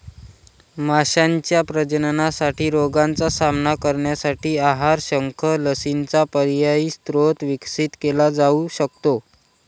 माशांच्या प्रजननासाठी रोगांचा सामना करण्यासाठी आहार, शंख, लसींचा पर्यायी स्रोत विकसित केला जाऊ शकतो